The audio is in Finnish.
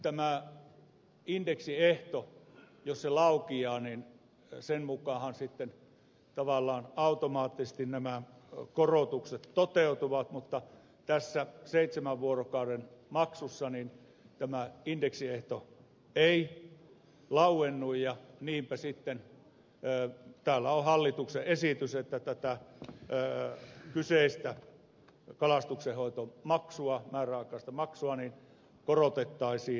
tämä indeksiehto jos laukeaa niin sen mukaanhan sitten tavallaan automaattisesti nämä korotukset toteutuvat mutta tässä seitsemän vuorokauden maksussa tämä indeksiehto ei lauennut ja niinpä sitten täällä on hallituksen esitys että tätä kyseistä kalastuksenhoitomaksua määräaikaista maksua korotettaisiin eurolla